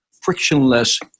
frictionless